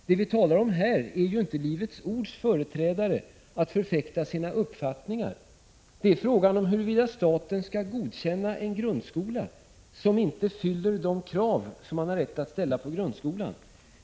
Det vi talar om här är inte Livets ords företrädares rätt att förfäkta sina uppfattningar. Det är fråga om huruvida staten skall godkänna en grundskola som inte fyller de krav som man har rätt att ställa på grundskolan.